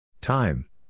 Time